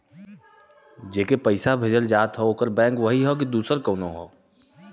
जेके पइसा भेजल जात हौ ओकर बैंक वही हौ कि दूसर कउनो हौ